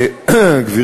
שמחתי